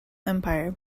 empire